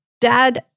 dad